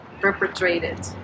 perpetrated